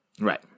Right